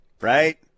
right